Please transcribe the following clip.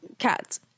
cats